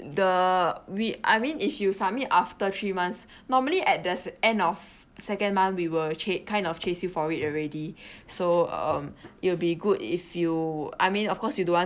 the we I mean if you submit after three months normally at the end of second month we will chase kind of chasing for it already so um it will be good if you I mean of course you want